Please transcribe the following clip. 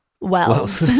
Wells